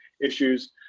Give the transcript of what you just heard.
issues